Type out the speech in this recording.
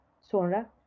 Sonra